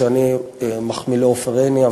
שאני מחמיא לעופר עיני,